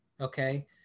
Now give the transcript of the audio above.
Okay